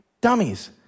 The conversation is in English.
dummies